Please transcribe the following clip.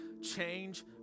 change